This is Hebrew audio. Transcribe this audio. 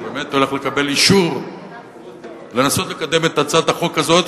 והוא באמת הולך לקבל אישור לנסות לקדם את הצעת החוק הזאת,